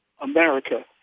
America